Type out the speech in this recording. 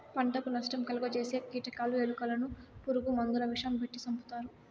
పంటకు నష్టం కలుగ జేసే కీటకాలు, ఎలుకలను పురుగు మందుల విషం పెట్టి సంపుతారు